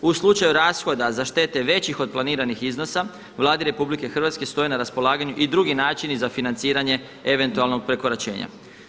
U slučaju rashoda za štete veće od planiranih iznosa Vladi RH stoje na raspolaganju i drugi načini za financiranje eventualnog prekoračenja.